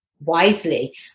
wisely